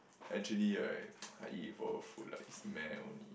actually right I before the food lah it's meh only